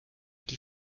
die